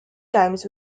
times